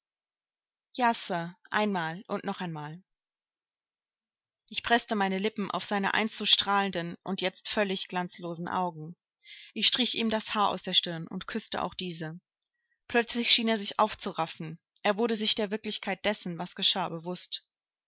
ja sir einmal und noch einmal ich preßte meine lippen auf seine einst so strahlenden und jetzt völlig glanzlosen augen ich strich ihm das haar aus der stirn und küßte auch diese plötzlich schien er sich aufzuraffen er wurde sich der wirklichkeit dessen was geschah bewußt